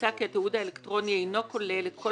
אין דבר